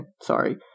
sorry